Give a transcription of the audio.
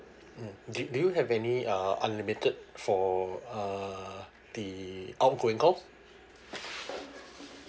mm do do you have any uh unlimited for uh the outgoing calls